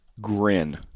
grin